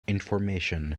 information